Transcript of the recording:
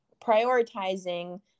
prioritizing